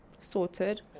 Sorted